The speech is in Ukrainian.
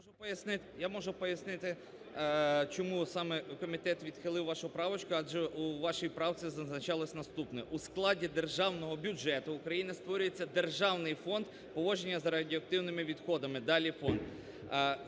Я можу пояснити, чому саме комітет відхилив вашу правочку. Адже у вашій правці зазначалось наступне: "У складі державного бюджету України створюється державний фонд поводження з радіоактивними відходами (далі – фонд)".